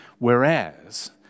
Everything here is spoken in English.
Whereas